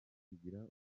bigira